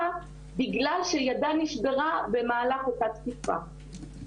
בגלל שידה נשברה במהלך אותה תקיפה.